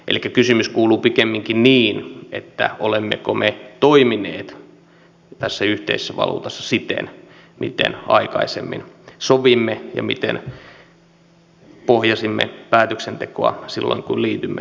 elikkä kysymys kuuluu pikemminkin niin olemmeko me toimineet tässä yhteisessä valuutassa siten miten aikaisemmin sovimme ja miten pohjasimme päätöksentekoa silloin kun liityimme euroalueeseen